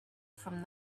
from